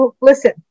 Listen